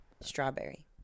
Strawberry